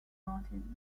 martin